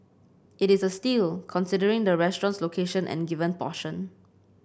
it is a steal considering the restaurant's location and the given portion